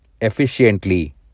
efficiently